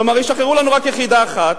כלומר ישחררו לנו רק יחידה אחת,